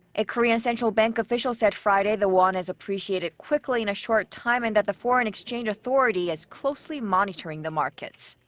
a korean central bank official said friday the won has appreciated quickly in a short time and that the foreign-exchange authority is closely monitoring the markets.